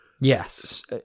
yes